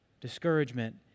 discouragement